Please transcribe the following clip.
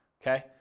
okay